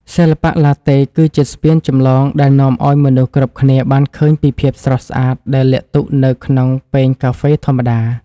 សិល្បៈឡាតេ គឺជាស្ពានចម្លងដែលនាំឱ្យមនុស្សគ្រប់គ្នាបានឃើញពីភាពស្រស់ស្អាតដែលលាក់ទុកនៅក្នុងពែងកាហ្វេធម្មតា។